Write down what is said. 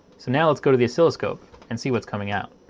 so now let's go to the oscilloscope and see what's coming out.